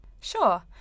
Sure